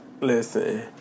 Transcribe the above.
listen